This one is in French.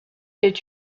est